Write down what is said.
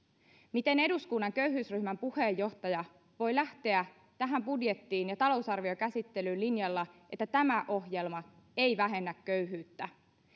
miten eduskunnan köyhyysryhmän puheenjohtaja voi lähteä tähän budjetti talousarviokäsittelyyn sillä linjalla että tämä ohjelma ei vähennä köyhyyttä